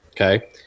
Okay